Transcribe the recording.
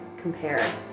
compare